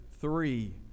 three